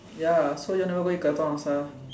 ya so you all never go eat Katong after